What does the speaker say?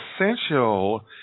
essential